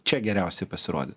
čia geriausiai pasirodyt